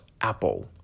Apple